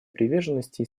приверженности